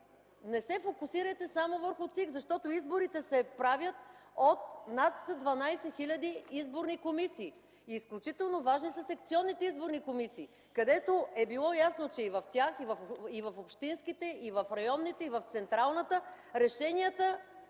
не се фокусирайте само върху ЦИК, защото изборите се правят от над 12 хил. изборни комисии и изключително важни са секционните изборни комисии, където е било ясно, че и в тях, и в общинските, и в районните, и в централната решенията